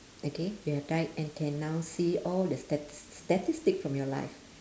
okay you have died and can now see all the stat~ statistic from your life